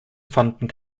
fanden